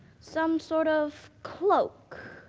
some sort of cloak.